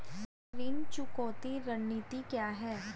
ऋण चुकौती रणनीति क्या है?